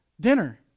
dinner